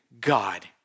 God